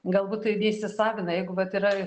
galbūt tai neįsisavina jeigu vat yra